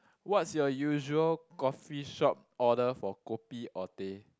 what's your usual coffee shop order for kopi or teh